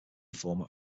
format